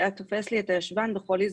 שהיה תופס לי את הישבן בכל הזדמנות.